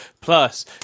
Plus